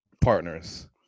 partners